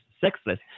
sexless